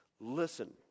Listen